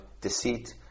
deceit